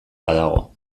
badago